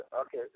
Okay